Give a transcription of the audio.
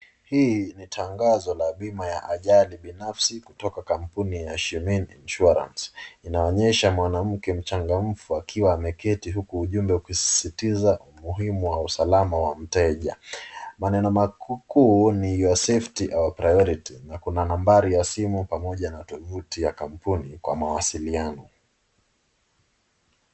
Hii ni tangazo la bima ya ajali binafsi kutoka kampuni ya Shemin Insurance . Inaonyesha mwanamke mchangamfu akiwa ameketi huku ujumbe ukisisitiza umuhimu wa usalama wa mteja. Maneno makuu ni your safety our priority na kuna nambari ya simu pamoja na tovuti ya kampuni kwa mawasiliano.